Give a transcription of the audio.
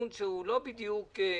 המשא ומתן ממילא מתקיים.